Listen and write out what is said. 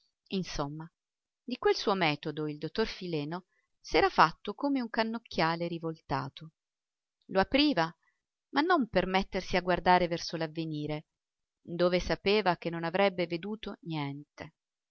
somma di quel suo metodo il dottor fileno s'era fatto come un cannocchiale rivoltato lo apriva ma non per mettersi a guardare verso l'avvenire dove sapeva che non avrebbe veduto niente